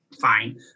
fine